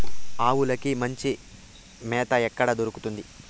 ఆవులకి మంచి మేత ఎక్కడ దొరుకుతుంది?